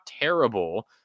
terrible